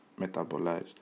metabolized